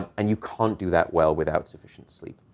and you can't do that well without sufficient sleep.